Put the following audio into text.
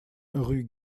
rue